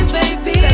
baby